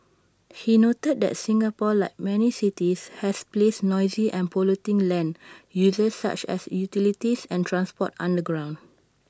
he noted that Singapore like many cities has placed noisy and polluting land uses such as utilities and transport underground